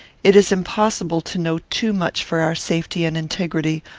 it is impossible to know too much for our safety and integrity,